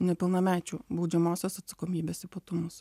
nepilnamečių baudžiamosios atsakomybės ypatumus